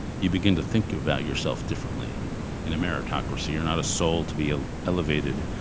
you begin to think about yourself differently in a meritocracy. you're not a soul to be elevated,